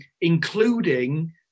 including